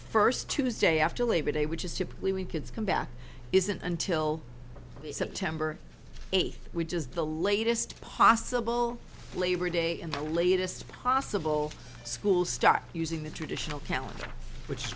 first tuesday after labor day which is typically when kids come back isn't until september eighth which is the latest possible labor day and the latest possible school start using the traditional calendar which is